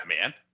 man